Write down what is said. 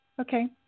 okay